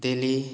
Delhi